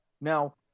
Now